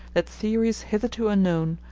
that theories hitherto unknown,